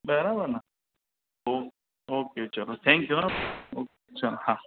બરાબરને ઓકે ચાલો thank you હોં ઓકે ચાલો હા